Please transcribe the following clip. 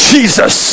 Jesus